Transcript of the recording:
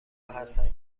هستند